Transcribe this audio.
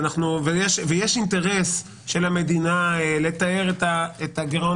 ויש אינטרס של המדינה לתאר את הגירעון